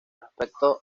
respecto